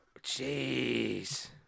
Jeez